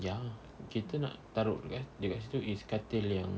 ya kita nak taruk dia kat situ is katil yang